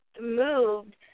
moved